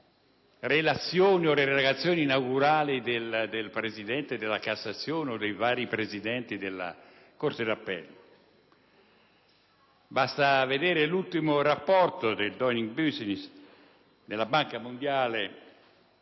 relazioni o le relazioni inaugurali del presidente della Cassazione o dei vari presidenti della corte d'appello. Basta leggere l'ultimo rapporto *Doing Business* della Banca mondiale,